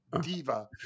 diva